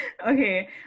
Okay